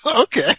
Okay